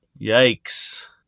Yikes